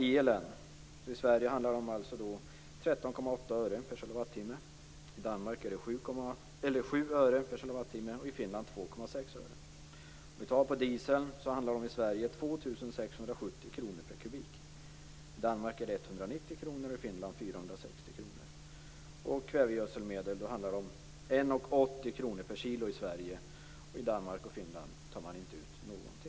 I Sverige är elskatten 13,8 öre per kilowattimme, i Danmark 7 öre per kilowattimme och i 460 kr. På kvävegödselmedel är skatten 1,80 kr per kilo i Sverige. I Danmark och Finland tar man inte ut någonting.